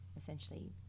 essentially